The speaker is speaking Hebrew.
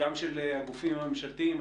גם של הגופים הממשלתיים.